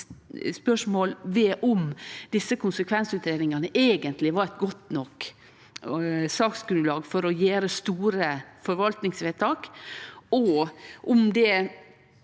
spørsmål ved om desse konsekvensutgreiingane eigentleg var eit godt nok saksgrunnlag for å gjere store forvaltningsvedtak, og om dei